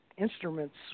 instruments